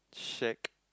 shack